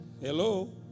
Hello